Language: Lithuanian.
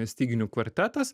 styginių kvartetas